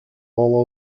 all